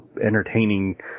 entertaining